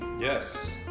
yes